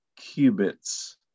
cubits